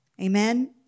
Amen